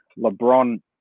LeBron